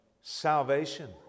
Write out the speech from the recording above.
salvation